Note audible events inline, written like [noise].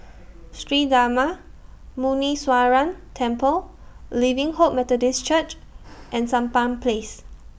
Sri Darma Muneeswaran Temple Living Hope Methodist Church [noise] and Sampan Place